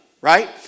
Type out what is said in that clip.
right